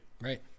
Right